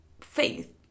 faith